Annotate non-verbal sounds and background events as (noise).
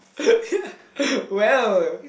(laughs) well